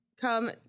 come